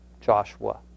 Joshua